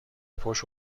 پشت